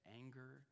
anger